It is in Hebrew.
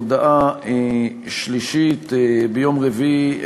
הודעה שלישית: ביום רביעי,